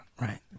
right